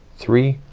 three,